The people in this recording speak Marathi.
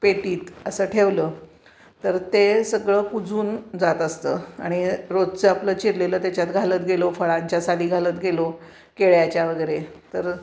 पेटीत असं ठेवलं तर ते सगळं कुजून जात असतं आणि रोजचं आपलं चिरलेलं त्याच्यात घालत गेलो फळांच्या साली घालत गेलो केळ्याच्या वगैरे तर